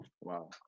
Wow